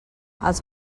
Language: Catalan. els